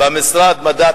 במשרד המדע,